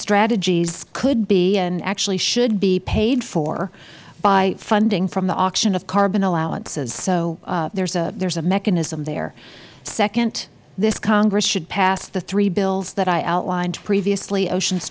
strategies could be and actually should be paid for by funding from the auction of carbon allowances so there is a mechanism there secondly this congress should pass the three bills that i outlined previously oceans